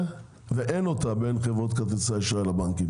ואין אותה בין חברות כרטיסי האשראי לבנקים,